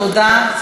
תודה.